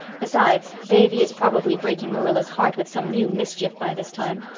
besides, davy is probably breaking marilla's heart with some new mischief by this time.